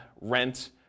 rent